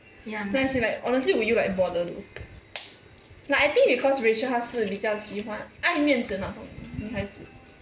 no as in like honestly would you like bother though like I think because rachel 她是比较喜欢爱面子那种女孩子